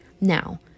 Now